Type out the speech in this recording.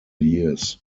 years